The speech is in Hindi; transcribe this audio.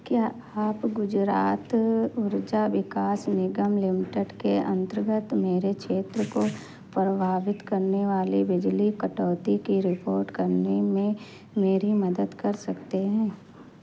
क्या आप गुजरात ऊर्जा विकास निगम लिमिटेड के अंतर्गत मेरे क्षेत्र को प्रभावित करने वाली बिजली कटौती की रिपोर्ट करने में मेरी मदद कर सकते हैं